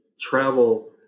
travel